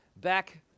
back